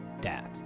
Dad